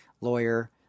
lawyer